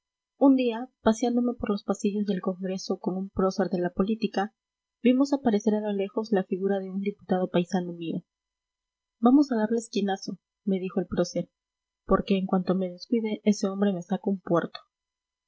un día paseándome por los pasillos del congreso con un prócer de la política vimos aparecer a lo lejos la figura de un diputado paisano mío vamos a darle esquinazo me dijo el prócer porque en cuanto me descuide ese hombre me saca un puerto